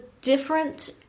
different